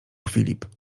filip